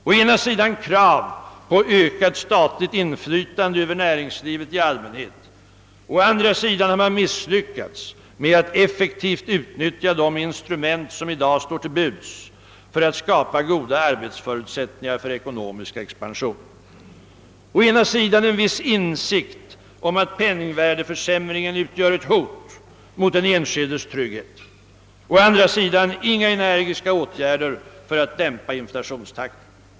Å ena sidan krav på ökat statligt inflytande över näringslivet i allmänhet — å andra sidan har man misslyckats med att effektivt utnyttja de instrument som i dag står till buds för att skapa goda arbetsförutsättningar för ekonomisk expansion. Å ena sidan en viss insikt om att penningvärdeförsämringen utgör ett hot mot den enskildes trygghet — å andra sidan inga energiska åtgärder för att dämpa inflationstakten.